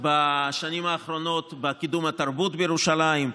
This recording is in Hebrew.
בשנים האחרונות בקידום התרבות בירושלים.